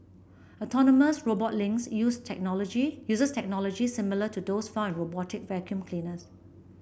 autonomous robot Lynx use technology uses technology similar to those found in robotic vacuum cleaners